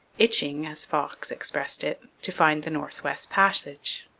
itching, as fox expressed it, to find the north-west passage.